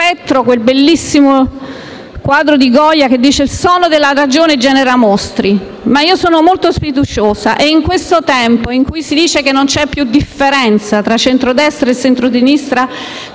quel bellissimo quadro di Goya dal titolo «Il sonno della ragione genera mostri». Io sono però molto fiduciosa e in questo tempo in cui si dice che non c'è più differenza tra centrodestra e centrosinistra